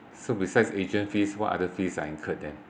so besides agent fees what other fees are incurred then